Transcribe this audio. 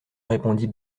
répondit